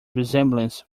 resemblance